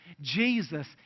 Jesus